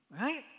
right